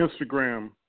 Instagram